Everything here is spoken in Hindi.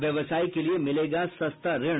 व्यवसाय के लिए मिलेगा सस्ता ऋण